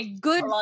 good